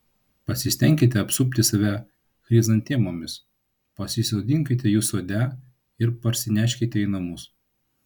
pasistenkite apsupti save chrizantemomis pasisodinkite jų sode ir parsineškite į namus